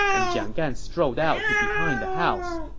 and jiang gan strolled out to behind the house.